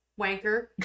wanker